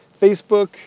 Facebook